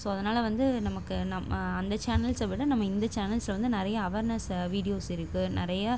so அதனால் வந்து நமக்கு நம்ம அந்த சேனல்ஸை விட நம்ம இந்த சேனல்ஸில் வந்து நிறைய அவேர்னஸை வீடியோஸ் இருக்குது நிறைய